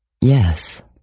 Yes